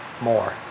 more